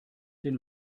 den